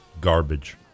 garbage